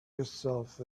yourself